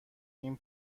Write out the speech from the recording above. این